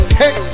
hey